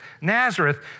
Nazareth